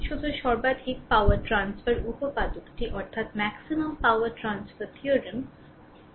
শুধু সর্বাধিক power transfer উপপাদকটি পরে দেখুন